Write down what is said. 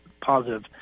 positive